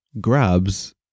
grabs